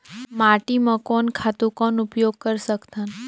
माटी म कोन खातु कौन उपयोग कर सकथन?